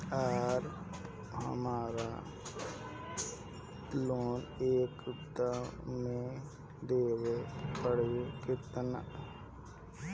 आर हमारा लोन एक दा मे देवे परी किना?